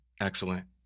Excellent